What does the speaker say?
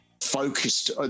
focused